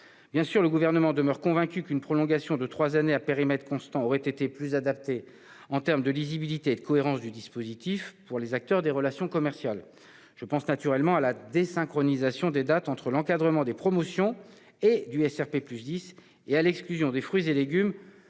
Bien sûr, le Gouvernement demeure convaincu qu'une prolongation de trois années à périmètre constant aurait été plus adaptée en termes de lisibilité et de cohérence du dispositif pour les acteurs des relations commerciales. Je pense naturellement à la désynchronisation des dates entre encadrements des promotions et SRP+10, ainsi qu'à l'exclusion des fruits et légumes